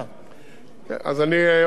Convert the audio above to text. אז אני עוד פעם אומר לסיכום,